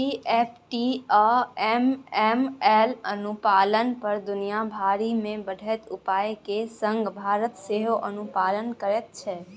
CFT आ AML अनुपालन पर दुनिया भरि मे बढ़ैत उपाय केर संग भारत सेहो अनुपालन करैत छै